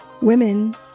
Women